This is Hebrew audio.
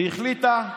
החליטה לשנות,